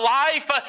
life